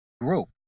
group